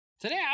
Today